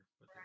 right